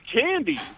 candy